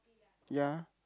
ya